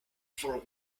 for